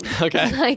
Okay